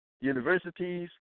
universities